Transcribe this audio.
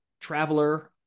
traveler